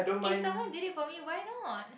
if someone did it for me why not